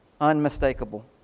unmistakable